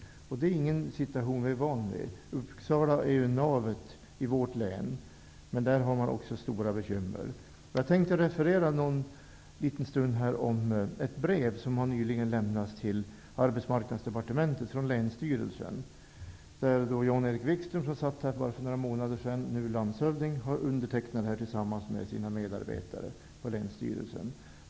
Det är inte en situation som vi är vana vid. Uppsala är navet i vårt län. Men där har man också stora bekymmer. Jag tänkte referera ett brev som nyligen har lämnats till arbetsmarknadsdepartementet från länsstyrelsen, där Jan-Erik Wikström, som satt som ledamot här för bara några månader sedan, nu är landshövding. Han har undertecknat detta brev tillsammans med sina medarbetare på länssstyrelsen.